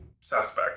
suspect